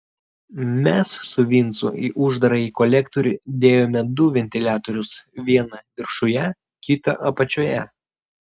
mes su vincu į uždarąjį kolektorių dėjome du ventiliatorius vieną viršuje kitą apačioje